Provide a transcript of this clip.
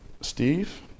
Steve